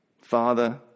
Father